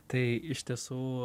tai iš tiesų